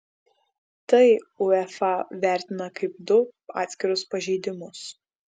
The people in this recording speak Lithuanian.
tai uefa vertina kaip du atskirus pažeidimus